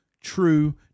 true